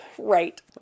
right